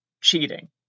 cheating